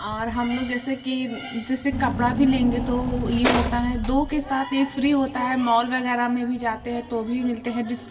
और हम लोग जैसे कि जैसे कपड़ा भी लेंगे तो यह होता हैं दो के साथ एक फ़्री होता है माॅल वगैरह में भी जाते हैं तो भी मिलते हैं जिस